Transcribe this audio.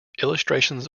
illustrations